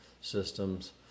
systems